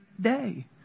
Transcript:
day